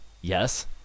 Yes